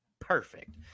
perfect